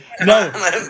No